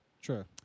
Sure